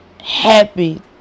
happy